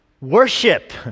Worship